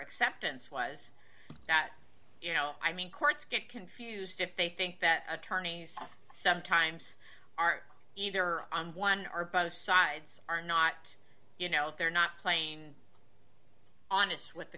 acceptance was that you know i mean courts get confused if they think that attorneys sometimes are either on one or by the sides are not you know they're not playing honest with the